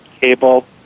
cable